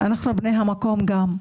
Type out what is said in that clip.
אנחנו בני המקום גם.